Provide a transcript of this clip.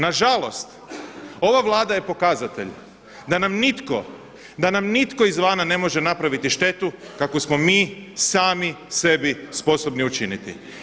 Na žalost, ova Vlada je pokazatelj da nam nitko, da nam nitko izvana ne može napraviti štetu kakvu smo mi sami sebi sposobni učiniti.